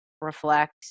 reflect